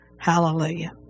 Hallelujah